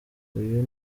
uyu